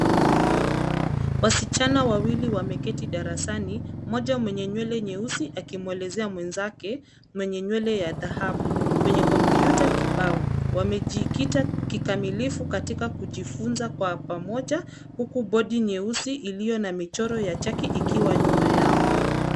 Wasichana wawili wameketi darasani, mmoja mwenye nywele nyeusi, akimwelezea mwenzake, mwenye nywele ya dhahabu, kwenye kompyuta kibao. Wamejikita kikamilifu katika kujifunza kwa pamoja, huku bodi nyeusi ilio na michoro ya chaki ikiwa nyuma yao.